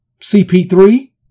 CP3